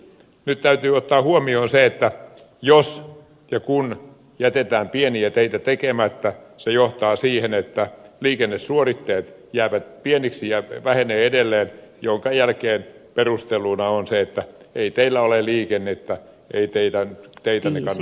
nyt täytyy ottaa huomioon se että jos ja kun jätetään pieniä teitä tekemättä se johtaa siihen että liikennesuoritteet jäävät pieniksi ja vähenevät edelleen minkä jälkeen perusteluna on se että ei teillä ole liikennettä ei teidän teitänne kannata pitää yllä